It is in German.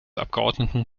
abgeordneten